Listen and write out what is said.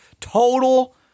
total